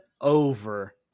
over